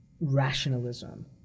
rationalism